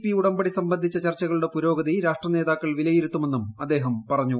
P ഉടമ്പടി സംബന്ധിച്ച ചർച്ചകളുടെ പുരോഗതിരാഷ്ട്രനേതാക്കൾ വിലയിരുത്തു മെന്നും അദ്ദേഹം പറഞ്ഞു